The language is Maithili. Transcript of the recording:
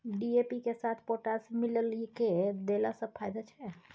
डी.ए.पी के साथ पोटास मिललय के देला स की फायदा छैय?